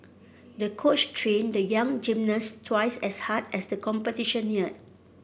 the coach trained the young gymnast twice as hard as the competition neared